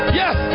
yes